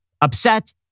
upset